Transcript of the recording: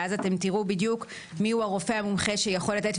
ואז אתם תראו בדיוק מיהו הרופא המומחה שיכול לתת,